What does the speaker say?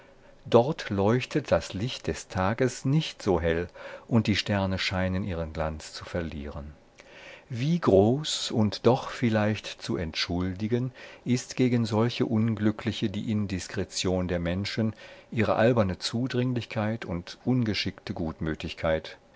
dort leuchtet das licht des tages nicht so hell und die sterne scheinen ihren glanz zu verlieren wie groß und doch vielleicht zu entschuldigen ist gegen solche unglückliche die indiskretion der menschen ihre alberne zudringlichkeit und ungeschickte gutmütigkeit